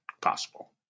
possible